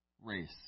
race